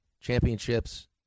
championships